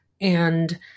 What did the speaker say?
and-